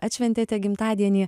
atšventėte gimtadienį